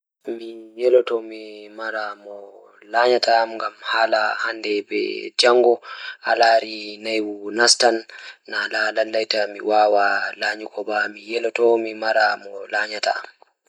Mi yelanno mi mara waɗataa jaɓde toɓɓere chef. Ko ndee, miɗo waawataa heɓugol looti nder ɗon ko miɗo waɗa njam e cuuraande ɗiɗi. Chef ngol o waawataa ndaarayde fiyaangu ngoni heɓugol njamaaji ngal.